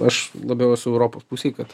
aš labiau esu europos pusei kad